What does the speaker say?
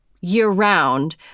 year-round